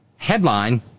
Headline